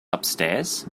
upstairs